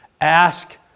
Ask